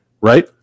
Right